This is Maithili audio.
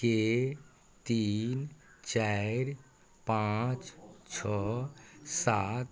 के तीन चाइरि पाँच छओ सात